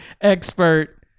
expert